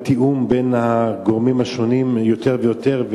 את התיאום בין הגורמים השונים יותר ויותר,